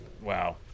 Wow